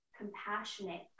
compassionate